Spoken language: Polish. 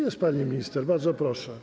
Jest pani minister, bardzo proszę.